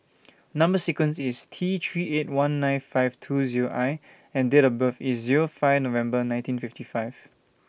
Number sequence IS T three eight one nine five two Zero I and Date of birth IS Zero five November nineteen fifty five